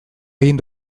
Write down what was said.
egin